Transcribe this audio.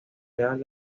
real